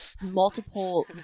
multiple